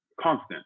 constant